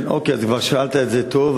שאלת את זה טוב,